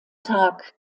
tag